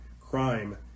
crime